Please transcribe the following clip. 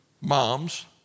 Moms